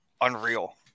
unreal